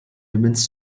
demenz